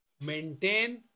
maintain